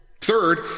third